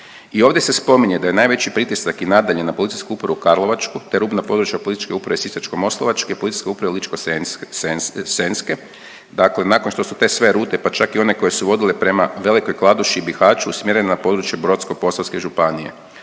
I ovdje se spominje da je najveći pritisak i nadalje na Policijsku upravu Karlovačku, te rubna područja Policijske uprave Sisačko-moslavačke, Policijske uprave Ličko-senjske. Dakle, nakon što su te sve rute, pa čak i one koje su vodile prema Velikoj Kladuši, Bihaću usmjerene na područje Brodsko-posavske županije.